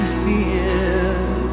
fear